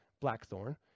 blackthorn